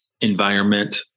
environment